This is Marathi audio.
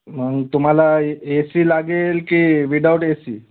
मग तुम्हाला ए ए सी लागेल की विदाउट ए सी